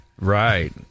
Right